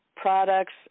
products